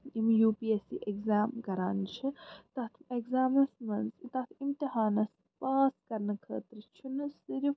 یِم U P S C exam کران چھِ تَتھ ایٚگزامَس منٛز تہٕ تَتھ اِمتحانَس پاس کرنہٕ خٲطرٕ چھُنہٕ صِرف